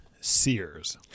Sears